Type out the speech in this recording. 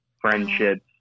friendships